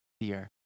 fear